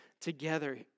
together